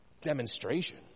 Demonstration